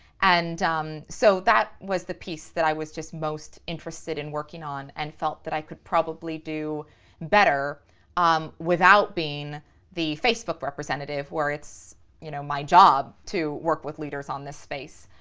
and so that was the piece that i was just most interested in working on and felt that i could probably do better um without being the facebook representative where it's you know my job to work with leaders on this space,